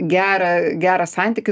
gerą gerą santykį